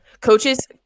Coaches –